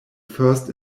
first